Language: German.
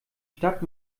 stadt